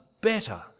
better